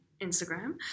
Instagram